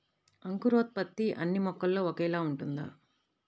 అంకురోత్పత్తి అన్నీ మొక్కల్లో ఒకేలా ఉంటుందా?